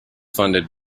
funded